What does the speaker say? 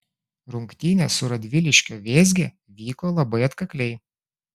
rungtynės su radviliškio vėzge vyko labai atkakliai